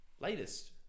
Latest